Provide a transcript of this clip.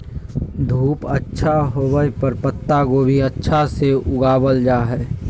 धूप अच्छा होवय पर पत्ता गोभी अच्छा से उगावल जा हय